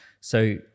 So-